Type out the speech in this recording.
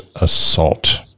assault